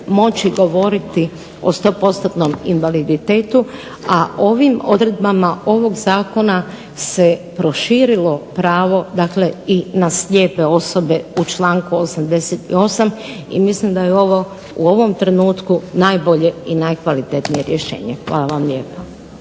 moći govoriti o 100% invaliditetu a ovim odredbama ovog Zakona se proširilo pravo na slijepe osobe u članku 88. i mislim da je ovo u ovom trenutku najbolje i najkvalitetnije rješenje. Hvala vam lijepa.